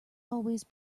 always